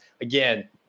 again